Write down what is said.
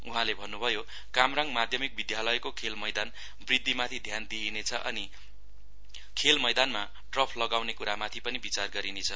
उहाँले भन्नुभयो कामरङ माध्यमिक विद्यालयको खेलमैदान वृद्धिमाथि ध्यान दिइनेछ अनि खेलमैदानमा टर्फ लगाउने कुरामाथि पनि विचार गरिनेछ